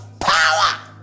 power